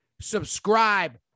subscribe